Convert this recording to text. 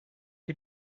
you